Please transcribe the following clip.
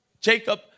Jacob